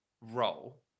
role